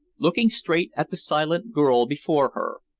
looking straight at the silent girl before her.